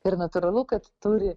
ir natūralu kad turi